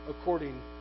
according